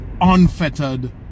unfettered